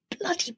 bloody